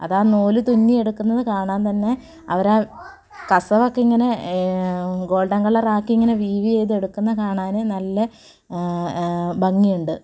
അതാണ് നൂല് തുന്നിയെടുക്കുന്നത് കാണാൻ തന്നെ അവരാണ് കസവൊക്കെ ഇങ്ങനെ ഗോൾഡൻ കളർ ആക്കി ഇങ്ങനെ വീവി ചെയ്തെടുക്കുന്ന കാണാൻ നല്ല ഭംഗിയുണ്ട്